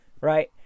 right